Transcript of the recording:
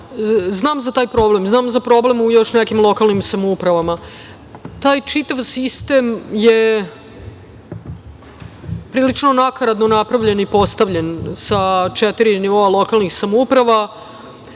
za taj problem. Znam za problem u još nekim lokalnim samoupravama. Taj čitav sistem je prilično nakaradno napravljen i postavljen sa četiri nivoa lokalnih samouprava,